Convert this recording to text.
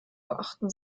beachten